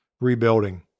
rebuilding